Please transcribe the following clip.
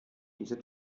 diese